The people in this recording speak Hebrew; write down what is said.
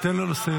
תן לו לסיים.